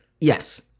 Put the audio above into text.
Yes